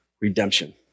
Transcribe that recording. redemption